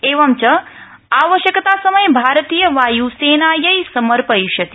एवञ्च आवश्यकता समये भारतीय वाय् सेनायै समर्पयिष्यति